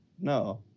No